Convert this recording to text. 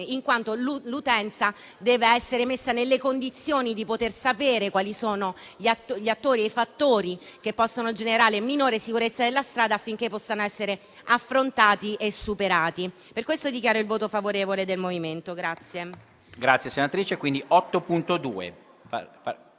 in quanto l'utenza deve essere messa nelle condizioni di sapere quali sono i fattori che possono generare minore sicurezza sulla strada, affinché possano essere affrontati e superati. Per questo dichiaro il voto favorevole del MoVimento 5 Stelle.